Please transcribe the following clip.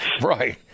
Right